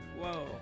Whoa